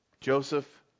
Joseph